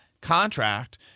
Contract